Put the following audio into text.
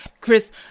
Chris